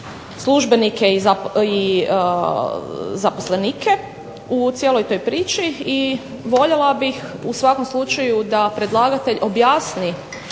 službenike i zaposlenike, u cijeloj toj priči, i voljela bih u svakom slučaju da predlagatelj objasni